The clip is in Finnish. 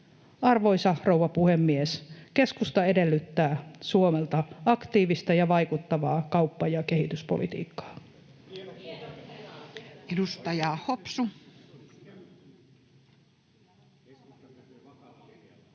Arvoisa rouva puhemies! Keskusta edellyttää Suomelta aktiivista ja vaikuttavaa kauppa- ja kehityspolitiikkaa. [Speech